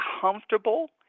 comfortable